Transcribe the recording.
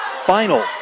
final